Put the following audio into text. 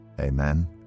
Amen